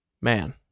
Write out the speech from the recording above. Man